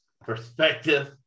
perspective